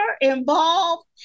involved